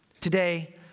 Today